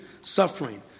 suffering